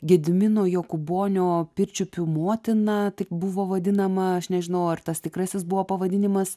gedimino jokūbonio pirčiupių motiną taip buvo vadinama aš nežinau ar tas tikrasis buvo pavadinimas